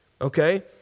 okay